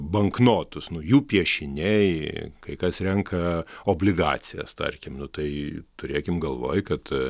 banknotus nu jų piešiniai kai kas renka obligacijas tarkim nu tai turėkim galvoj kad